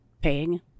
paying